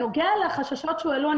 בנוגע לחששות שהועלו,